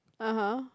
(uh huh)